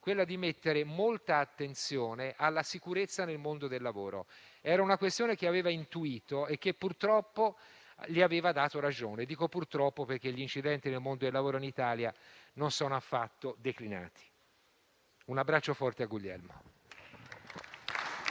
ultima esperienza da sindacalista, alla sicurezza nel mondo del lavoro. Si trattava di una questione che aveva intuito e che, purtroppo, gli aveva dato ragione (dico purtroppo perché gli incidenti nel mondo del lavoro in Italia non sono affatto diminuiti). Un abbraccio forte a Guglielmo.